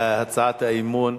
על הצעת האי-אמון,